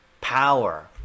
Power